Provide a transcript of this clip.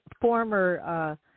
former